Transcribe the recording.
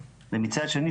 ומצד שני,